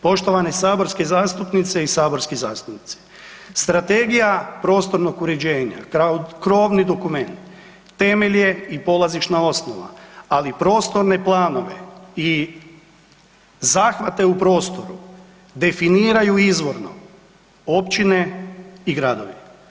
Poštovane saborske zastupnice i saborski zastupnici, strategija prostornog uređenja kao krovni dokument temelj je i polazišna osnova, ali prostorne planove i zahvate u prostoru definiraju izvorno općine i gradovi.